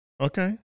Okay